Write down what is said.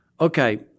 okay